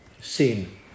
sin